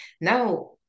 Now